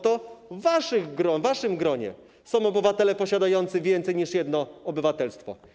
To w waszym gronie są obywatele posiadający więcej niż jedno obywatelstwo.